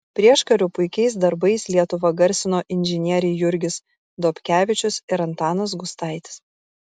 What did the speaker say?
prieškariu puikiais darbais lietuvą garsino inžinieriai jurgis dobkevičius ir antanas gustaitis